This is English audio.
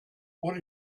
what